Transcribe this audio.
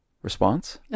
response